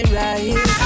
right